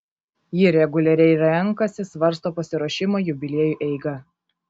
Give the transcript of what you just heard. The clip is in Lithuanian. ji reguliariai renkasi svarsto pasiruošimo jubiliejui eigą